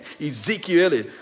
Ezekiel